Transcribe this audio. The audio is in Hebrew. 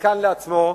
דלקן לעצמו,